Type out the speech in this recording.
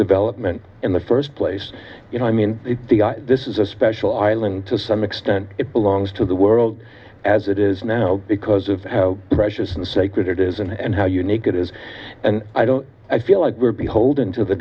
development in the first place you know i mean this is a special island to some extent it belongs to the world as it is now because of how precious and sacred it is and how unique it is and i don't i feel like we're beholden to the